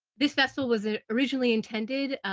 this festival was ah originally intended, ah,